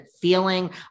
feeling